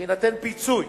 שיינתן פיצוי,